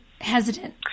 hesitant